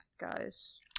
guys